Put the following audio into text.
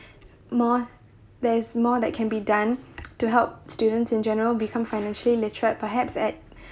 more there is more that can be done to help students in general become financially literate perhaps at